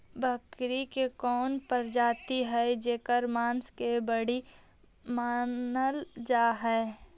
बकरी के कौन प्रजाति हई जेकर मांस के बढ़िया मानल जा हई?